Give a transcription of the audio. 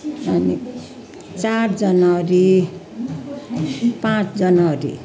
अनि चार जनवरी पाँच जनवरी